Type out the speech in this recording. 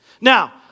Now